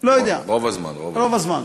רוב הזמן, רוב הזמן.